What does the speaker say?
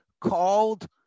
called